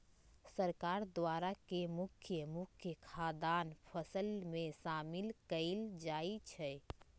सरकार द्वारा के मुख्य मुख्य खाद्यान्न फसल में शामिल कएल जाइ छइ